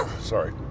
sorry